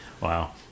Wow